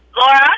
Laura